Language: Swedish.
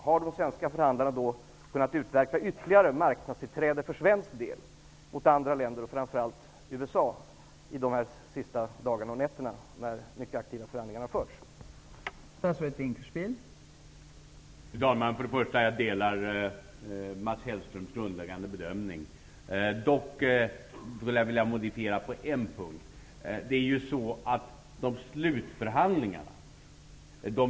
Har de svenska förhandlarna kunnat utverka ytterligare marknadstillträde för svensk del till framför allt USA under de sista dagarna och nätterna då mycket aktiva förhandlingar har förts efter det att USA:s bud har blivit känt?